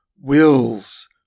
wills